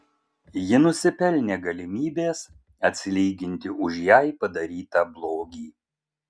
ji nusipelnė galimybės atsilyginti už jai padarytą blogį